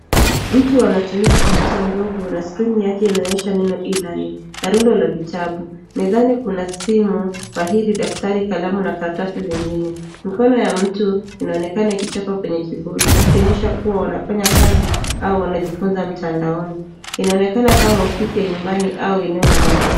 Mtu anatumia kompyuta ndogo na skrini yake inaonyesha neno E-LEARNING na rundo la vitabu. Mezani kuna simu fahiri, daftari, kalamu na karatasi zingine. Mkono ya mtu inaonekana ikichapa kwenye kibodi, ikionyesha kuwa wanafanya kazi au wanajifunza mtandaoni. Inaonekana kama ofisi ya nyumbani au eneo la masomo.